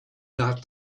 not